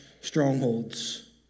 strongholds